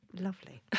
Lovely